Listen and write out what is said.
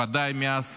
ודאי מאז